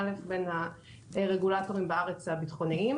קודם כל בין הרגולטורים הבטחוניים בארץ